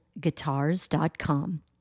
guitars.com